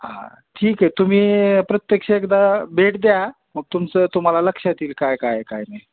हा ठीक आहे तुम्ही प्रत्यक्ष एकदा भेट द्या मग तुमचं तुम्हाला लक्षात येतील काय काय काय नाही